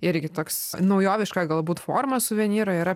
irgi toks naujoviška galbūt forma suvenyro yra